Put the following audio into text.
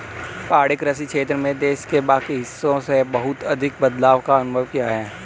पहाड़ी कृषि क्षेत्र में देश के बाकी हिस्सों से बहुत अधिक बदलाव का अनुभव किया है